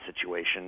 situation